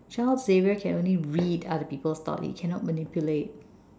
charles xavier can only read other people's thoughts he cannot manipulate